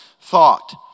thought